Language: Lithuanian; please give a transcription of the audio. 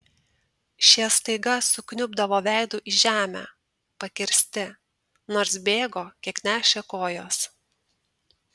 šie staiga sukniubdavo veidu į žemę pakirsti nors bėgo kiek nešė kojos